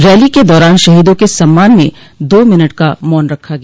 rally के दौरान शहीदों के सम्मान में दो मिनट का मौन रखा गया